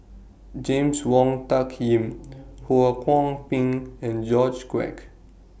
James Wong Tuck Yim Ho Kwon Ping and George Quek